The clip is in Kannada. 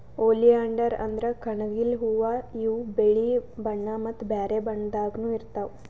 ಓಲಿಯಾಂಡರ್ ಅಂದ್ರ ಕಣಗಿಲ್ ಹೂವಾ ಇವ್ ಬಿಳಿ ಬಣ್ಣಾ ಮತ್ತ್ ಬ್ಯಾರೆ ಬಣ್ಣದಾಗನೂ ಇರ್ತವ್